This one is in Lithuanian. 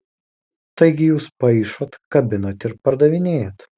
taigi jūs paišot kabinat ir pardavinėjat